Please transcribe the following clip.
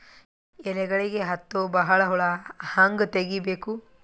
ಎಲೆಗಳಿಗೆ ಹತ್ತೋ ಬಹಳ ಹುಳ ಹಂಗ ತೆಗೀಬೆಕು?